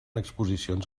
exposicions